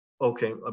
okay